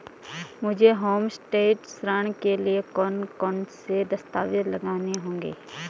मुझे होमस्टे ऋण के लिए कौन कौनसे दस्तावेज़ लगाने होंगे?